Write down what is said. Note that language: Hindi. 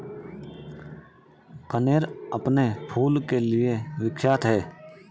कनेर अपने फूल के लिए विख्यात है